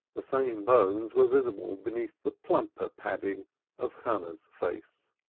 the same bones were visible beneath the plumper padding of hannah's face.